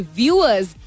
viewers